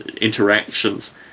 interactions